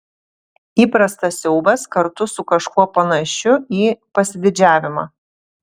įprastas siaubas kartu su kažkuo panašiu į pasididžiavimą